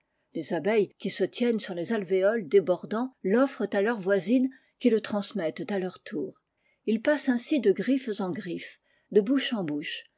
les abeilles qui se tiennent sur les alvéoles débordants l'offrent à leurs voisines qui le transmettent à leur tour il passe ainsi de griffes en griffes de bouche en bouche